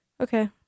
Okay